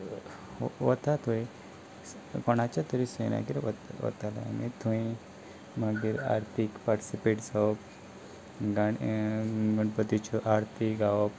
वता थंय कोणाच्या तरी सयऱ्यांगेर वताले आमी थंय मागीर आरतीक पार्टिसीपेट जावप गाणें गणपतीच्यो आरती गावप